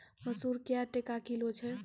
मसूर क्या टका किलो छ?